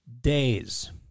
days